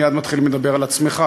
מייד מתחילים לדבר על עצמם,